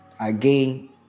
Again